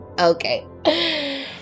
Okay